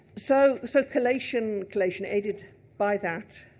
so so collation, collation aided by that,